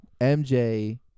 MJ